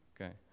Okay